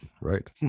right